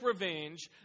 revenge